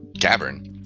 cavern